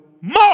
more